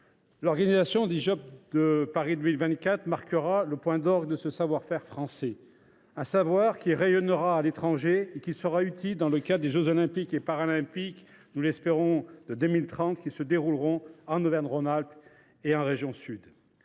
L’organisation des JOP de Paris 2024 marquera le point d’orgue de ce savoir faire français, qui rayonnera à l’étranger et sera utile dans le cadre des jeux Olympiques et Paralympiques d’hiver de 2030, qui se dérouleront en Auvergne Rhône Alpes et en région Sud.